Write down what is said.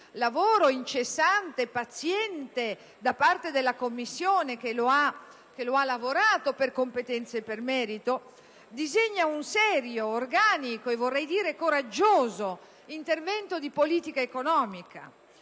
lavoro incessante e paziente svolto dalla Commissione che lo ha esaminato per competenza e per merito, disegna un serio, organico e coraggioso intervento di politica economica.